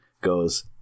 goes